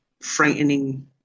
frightening